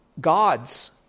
gods